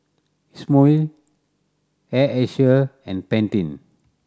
Isomil Air Asia and Pantene